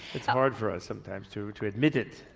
it's hard for us sometimes to to admit it.